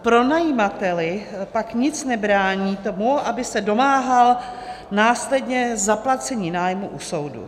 Pronajímateli pak nic nebrání v tom, aby se domáhal následně zaplacení nájmu u soudu.